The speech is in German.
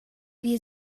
wir